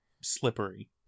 slippery